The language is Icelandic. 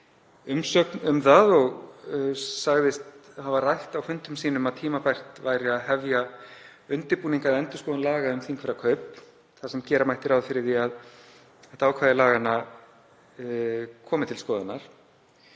um það og sagðist hafa rætt á fundum sínum að tímabært væri að hefja undirbúning að endurskoðun laga um þingfararkaup þar sem gera mætti ráð fyrir því að þetta ákvæði laganna kæmi til skoðunar.